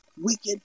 wicked